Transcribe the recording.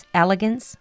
elegance